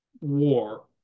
war